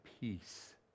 peace